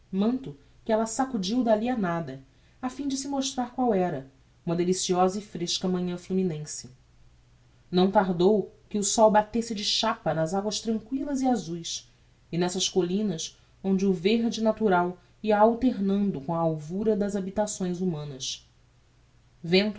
que ella sacudiu dalli a nada afim de se mostrar qual era uma deliciosa e fresca manhã fluminense não tardou que o sol batesse de chapa nas aguas tranquillas e azues e nessas collinas onde o verde natural ia alternado com a alvura das habitações humanas vento